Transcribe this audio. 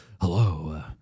hello